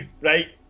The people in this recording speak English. right